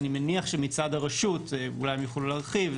אני מניח שהרשות תוכל להרחיב,